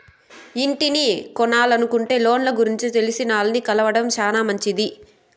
ఇంటిని కొనలనుకుంటే లోన్ల గురించి తెలిసినాల్ని కలవడం శానా మంచిది